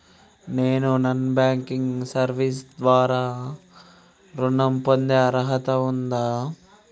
నేను non banking service ద్వారా ఋణం పొందే అర్హత ఉందా?